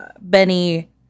Benny